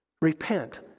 Repent